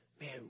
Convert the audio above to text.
man